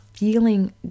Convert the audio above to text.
feeling